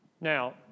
Now